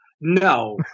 No